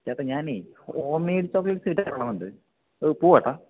ചേട്ടാ ഞാനേ homemade chocolates ഇട്ടാല് കൊള്ളാമെന്നുണ്ട് പോകുമോ ചേട്ടാ